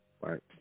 right